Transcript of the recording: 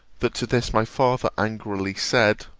that to this my father angrily said,